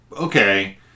okay